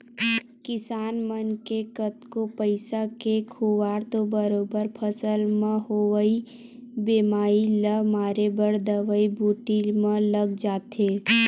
किसान मन के कतको पइसा के खुवार तो बरोबर फसल म होवई बेमारी ल मारे बर दवई बूटी म लग जाथे